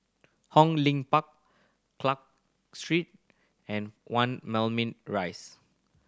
Hong Lim Park Clarke Street and One Moulmein Rise